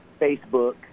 Facebook